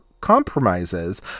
compromises